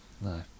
No